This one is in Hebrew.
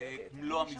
מלוא המסגרות.